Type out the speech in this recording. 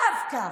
דווקא